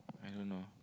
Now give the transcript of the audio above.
I don't know